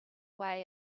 way